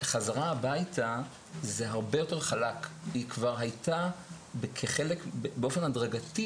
חזרה הביתה זה הרבה יותר חלק; באופן הדרגתי